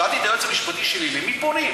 שאלתי את היועץ המשפטי שלי: למי פונים?